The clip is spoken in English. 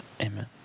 Amen